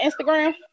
Instagram